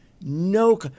no